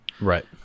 Right